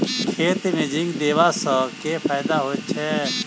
खेत मे जिंक देबा सँ केँ फायदा होइ छैय?